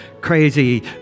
crazy